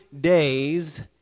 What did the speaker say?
days